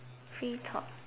free talk